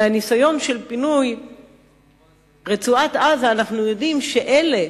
מהניסיון של פינוי רצועת-עזה אנחנו יודעים שאלה